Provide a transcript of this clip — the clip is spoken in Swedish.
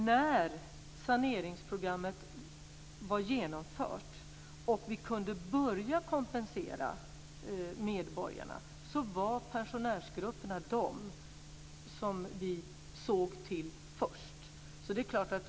När saneringsprogrammet var genomfört och vi kunde börja kompensera medborgarna var det pensionärsgrupperna som vi först såg till.